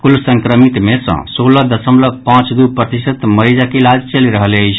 कुल संक्रमित मे सँ सोलह दशमलव पांच दू प्रतिशत मरीजक इलाज चलि रहल अछि